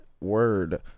Word